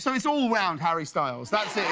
so so all around harry stiles. that's